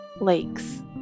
lakes